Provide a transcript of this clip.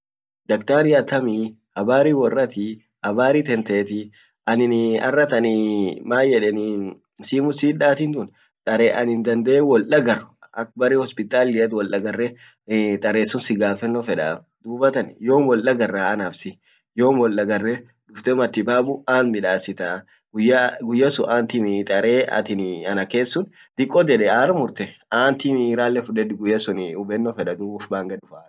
daktati atammi habari worrati habari tentetii anin arratanii maan yedenii simu sit dattin tun tarehe annin dande woldagar ak bare hospitaliat wol dagare tarehe sun sigafenno feda dubattan yom wol dagarraa anaf sit yom wol dagarre dufte matibabu ant midasitaa guya sun ant himiii tare at anaket sun diko dhede ar murte ant himmii ralle fudedi guyya sun hubbenno fedaa dub uf pange dufa.